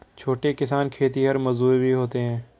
छोटे किसान खेतिहर मजदूर भी होते हैं